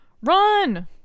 Run